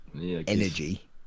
energy